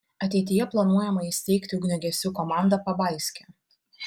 ateityje planuojama įsteigti ugniagesių komandą pabaiske